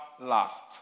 last